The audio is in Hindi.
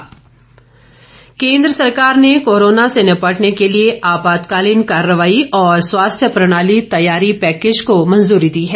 आपातकालीन केन्द्र सरकार ने कोरोना से निपटने के लिए आपातकालीन कार्रवाई और स्वास्थ्य प्रणाली तैयारी पैकेज को मंजूरी दी है